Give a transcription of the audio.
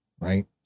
Right